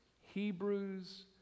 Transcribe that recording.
Hebrews